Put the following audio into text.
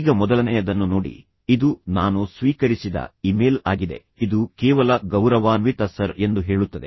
ಈಗ ಮೊದಲನೆಯದನ್ನು ನೋಡಿ ಇದು ನಾನು ಸ್ವೀಕರಿಸಿದ ಇಮೇಲ್ ಆಗಿದೆ ಇದು ಕೇವಲ ಗೌರವಾನ್ವಿತ ಸರ್ ಎಂದು ಹೇಳುತ್ತದೆ